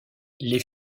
les